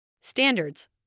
Standards